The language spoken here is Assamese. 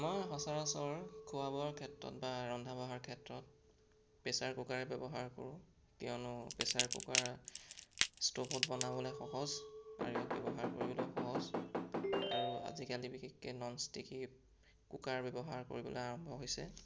মই সচৰাচৰ খোৱা বোৱাৰ ক্ষেত্ৰত বা ৰন্ধা বঢ়াৰ ক্ষেত্ৰত প্ৰেছাৰ কুকাৰেই ব্যৱহাৰ কৰোঁ কিয়নো প্ৰেছাৰ কুকাৰ ষ্ট'ভত বনাবলৈ সহজ আৰু ইয়াক ব্যৱহাৰ কৰিবলৈও সহজ আৰু আজিকালি বিশেষকৈ ন'ন ষ্টিকি কুকাৰ ব্যৱহাৰ কৰিবলৈ আৰম্ভ হৈছে